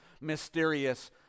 mysterious